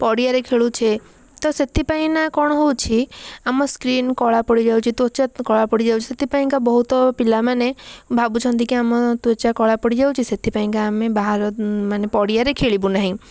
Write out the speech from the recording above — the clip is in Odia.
ପଡ଼ିଆରେ ଖେଳୁଛେ ତ ସେଥିପାଇଁ ନା କ'ଣ ହେଉଛି ଆମ ସ୍କ୍ରିନ୍ କଳା ପଡ଼ିଯାଉଛି ତ୍ଵଚା କଳା ପଡ଼ିଯାଉଛି ସେଥିପାଇଁନା ବହୁତ ପିଲାମାନେ ଭାବୁଛନ୍ତି କି ଆମ ତ୍ଵଚା କଳା ପଡି଼ଯାଉଛି ସେଥିପାଇଁ କା ଆମେ ବାହାର ମାନେ ପଡ଼ିଆରେ ଖେଳିବୁ ନାହିଁ